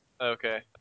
Okay